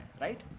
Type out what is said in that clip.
right